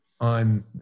on